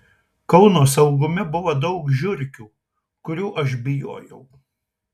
kauno saugume buvo daug žiurkių kurių aš bijojau